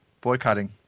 boycotting